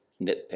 nitpick